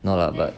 no lah but